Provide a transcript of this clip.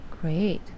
Great